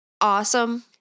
awesome